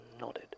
nodded